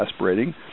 aspirating